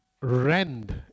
rend